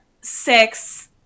six